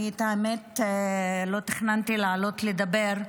האמת, אני לא תכננתי לעלות לדבר,